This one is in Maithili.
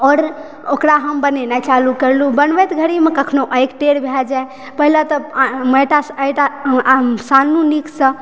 आओर ओकरा हम बनेनाइ चालू करलहुॅं बनबैत घड़ीमे कखनो आँखि टेढ़ भय जाय पहिले तऽ माटि सानलहुॅं नीक सऽ